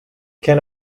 can